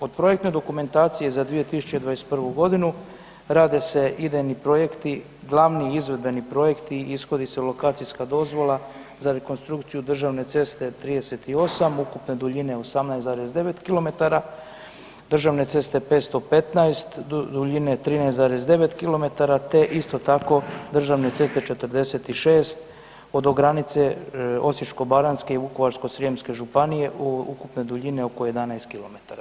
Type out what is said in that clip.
Od projektne dokumentacije za 2021. godinu rade se idejni projekti, glavni izvedbeni projekti i ishodi se lokacijska dozvola za rekonstrukciju državne ceste 38 ukupne duljine 18,9 km, državne ceste 515 duljine 13,9 km te isto tako državne ceste 46 od do granice Osječko-baranjske i Vukovarsko-srijemske županije ukupne duljine oko 11 km.